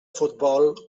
futbol